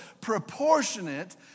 proportionate